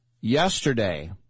yesterday